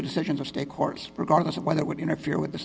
the decisions of state courts regardless of whether it would interfere with the